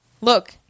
Look